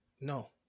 no